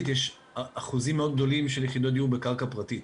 יש אחוזים מאוד גדולים של יחידות דיור בקרקע פרטית.